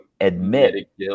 admit